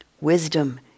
Wisdom